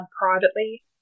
privately